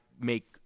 make